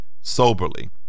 soberly